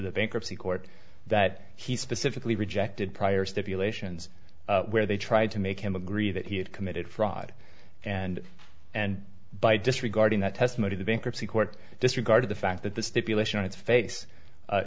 bankruptcy court that he specifically rejected prior stipulations where they tried to make him agree that he had committed fraud and and by disregarding that testimony the bankruptcy court disregarded the fact that the stipulation on its face